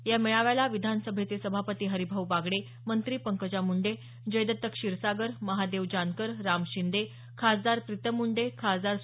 या मेळाव्याला विधान सभेचे सभापती हरिभाऊ बागडे मंत्री पंकजा मुंडे जयदत्त क्षीरसागर महादेव जानकर राम शिंदे खासदार डॉक्टर प्रितम मुंडे खासदार डॉ